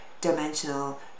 dimensional